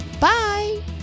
Bye